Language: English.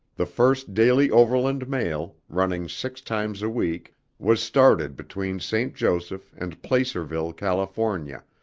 the first daily overland mail running six times a week was started between st. joseph and placerville, california,